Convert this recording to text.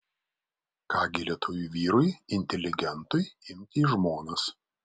ką gi lietuviui vyrui inteligentui imti į žmonas